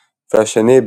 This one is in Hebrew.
והשני,